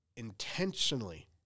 intentionally